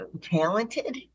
talented